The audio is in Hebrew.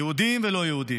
יהודים ולא יהודים.